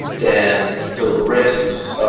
then the risks of